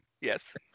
Yes